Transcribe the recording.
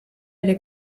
ere